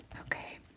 Okay